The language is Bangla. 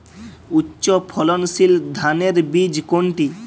উচ্চ ফলনশীল ধানের বীজ কোনটি?